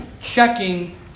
checking